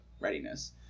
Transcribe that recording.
readiness